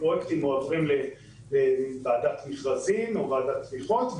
הפרויקטים עוברים לוועדת מכרזים או ועדת תמיכות,